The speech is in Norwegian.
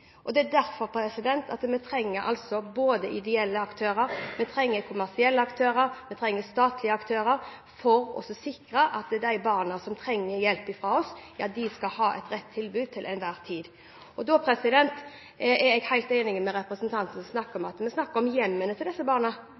Derfor trenger vi både ideelle, kommersielle og statlige aktører, nettopp for å sikre at de barna som trenger vår hjelp, til enhver tid får det rette tilbudet. Jeg er helt enig med representanten når hun sier at vi snakker om hjemmene til disse barna,